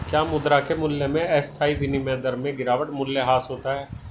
क्या मुद्रा के मूल्य में अस्थायी विनिमय दर में गिरावट मूल्यह्रास होता है?